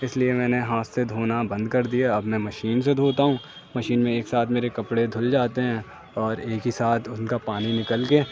اس لیے میں نے ہاتھ سے دھونا بند کر دیا اب میں مشین سے دھوتا ہوں مشین میں ایک ساتھ میرے کپڑے دھل جاتے ہیں اور ایک ہی ساتھ ان کا پانی نکل گیا